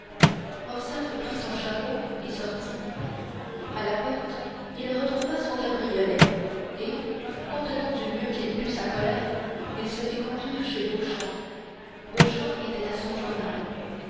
prit son chapeau et sortit à la porte il retrouva son cabriolet et contenant du mieux qu'il put sa colère il se fit conduire chez beauchamp beauchamp était à son journal